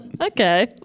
Okay